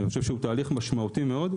אני חושב שהוא תהליך משמעותי מאוד.